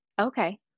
Okay